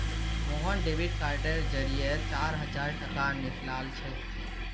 Mohan debit कार्डेर जरिए चार हजार टाका निकलालछोक